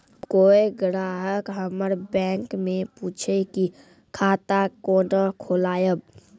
कोय ग्राहक हमर बैक मैं पुछे की खाता कोना खोलायब?